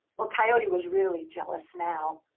well, coyote was really jealous now.